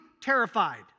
terrified